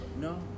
no